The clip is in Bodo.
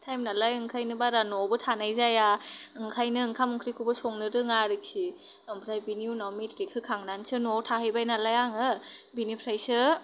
तायेम नालाय ओंखायनो बारा न'आवबो थानाय जाया ओंखायनो ओंखाम ओंख्रिखौबो संनो रोङा आरोखि ओमफ्राय बिनि उनाव मेत्रिक होखांनानैसो न'आव थाहैबाय नालाय आङो बेनिफ्रायसो